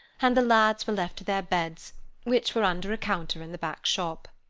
and the lads were left to their beds which were under a counter in the back-shop.